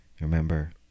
remember